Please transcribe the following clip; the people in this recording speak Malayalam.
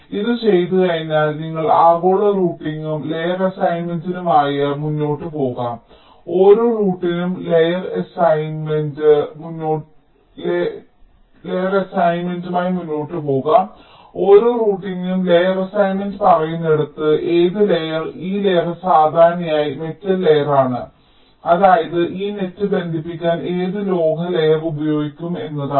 നിങ്ങൾ ഇത് ചെയ്തുകഴിഞ്ഞാൽ നിങ്ങൾക്ക് ആഗോള റൂട്ടിംഗിനും ലെയർ അസൈൻമെന്റിനുമായി മുന്നോട്ട് പോകാം ഓരോ റൂട്ടിനും ലെയർ അസൈൻമെന്റ് പറയുന്നിടത്ത് ഏത് ലെയർ ഈ ലെയർ സാധാരണയായി മെറ്റൽ ലെയറാണ് അതായത് ഈ നെറ്സ് ബന്ധിപ്പിക്കാൻ ഏത് ലോഹ ലെയർഉപയോഗിക്കും എന്നാണ്